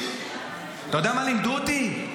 אתה יודע מה לימדו אותי?